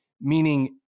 Meaning